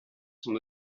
son